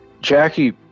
Jackie